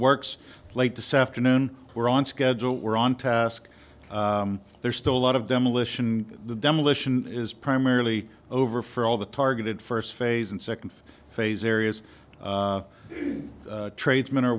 works late this afternoon we're on schedule we're on task there's still a lot of demolition the demolition is primarily over for all the targeted first phase and second phase areas tradesmen are